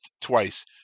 twice